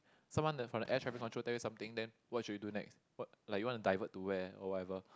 someone the from the air traffic control tell you something then what should you do next what like you want to divert to where or whatever